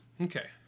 Okay